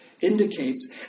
indicates